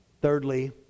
Thirdly